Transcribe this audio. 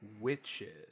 witches